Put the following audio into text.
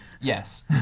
Yes